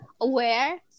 aware